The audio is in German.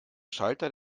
schalter